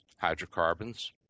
hydrocarbons